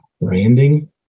branding